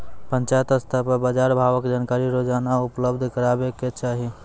पंचायत स्तर पर बाजार भावक जानकारी रोजाना उपलब्ध करैवाक चाही?